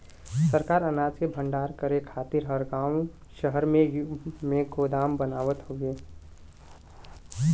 सरकार अनाज के भण्डारण करे खातिर हर गांव शहर में गोदाम बनावत हउवे